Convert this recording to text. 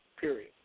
period